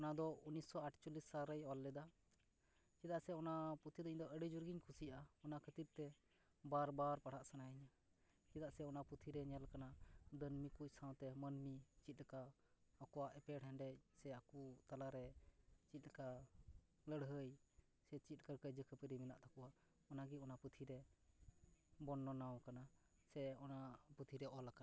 ᱚᱱᱟ ᱫᱚ ᱚᱱᱤᱥᱚ ᱟᱴᱪᱚᱞᱞᱤᱥ ᱥᱟᱞ ᱨᱮᱭ ᱚᱞ ᱞᱮᱫᱟ ᱪᱮᱫᱟ ᱥᱮ ᱚᱱᱟ ᱯᱩᱸᱛᱷᱤ ᱫᱚ ᱤᱧ ᱫᱚ ᱟᱹᱰᱤ ᱡᱳᱨ ᱜᱮᱧ ᱠᱩᱥᱤᱭᱟᱜᱼᱟ ᱚᱱᱟ ᱠᱷᱟᱹᱛᱤᱨ ᱛᱮ ᱵᱟᱨ ᱵᱟᱨ ᱯᱟᱲᱦᱟᱜ ᱥᱟᱱᱟ ᱤᱧᱟᱹ ᱪᱮᱫᱟᱜ ᱥᱮ ᱚᱱᱟ ᱯᱩᱸᱛᱷᱤ ᱨᱮ ᱧᱮᱞ ᱟᱠᱟᱱᱟ ᱫᱟᱹᱱᱢᱤ ᱠᱚ ᱥᱟᱶᱛᱮ ᱢᱟᱹᱱᱢᱤ ᱪᱮᱫ ᱞᱮᱠᱟ ᱟᱠᱚᱣᱟᱜ ᱮᱯᱮᱨ ᱦᱮᱸᱰᱮᱡ ᱥᱮ ᱟᱠᱩ ᱛᱟᱞᱟᱮ ᱪᱮᱫ ᱞᱮᱠᱟ ᱞᱟᱹᱲᱦᱟᱹᱭ ᱥᱮ ᱪᱮᱫ ᱞᱮᱠᱟ ᱠᱟᱹᱭᱡᱟᱹ ᱠᱷᱟᱹᱯᱟᱹᱨᱤ ᱢᱮᱱᱟᱜ ᱛᱟᱠᱚᱣᱟ ᱚᱱᱟ ᱜᱮ ᱚᱱᱟ ᱯᱩᱸᱛᱷᱤ ᱨᱮ ᱵᱚᱨᱱᱚᱱᱟ ᱟᱠᱟᱱᱟ ᱥᱮ ᱚᱱᱟ ᱯᱩᱸᱛᱷᱤ ᱨᱮ ᱚᱞ ᱟᱠᱟᱱᱟ